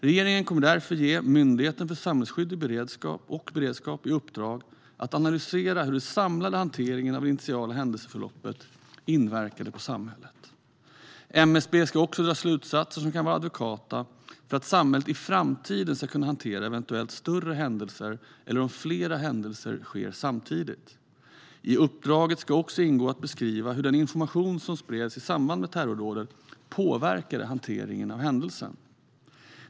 Regeringen kommer därför att ge Myndigheten för samhällsskydd och beredskap i uppdrag att analysera hur den samlade hanteringen av det initiala händelseförloppet inverkade på samhället. MSB ska också dra slutsatser som kan vara adekvata för att samhället i framtiden ska kunna hantera eventuellt större händelser eller om flera händelser sker samtidigt. I uppdraget ska också ingå att beskriva hur den information som spreds i samband med terrordådet påverkade hanteringen av händelsen.